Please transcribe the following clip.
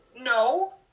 No